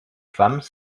femmes